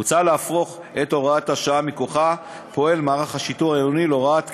הוצע להפוך את הוראת השעה שמכוחה פועל מערך השיטור העירוני להוראת קבע,